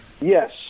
Yes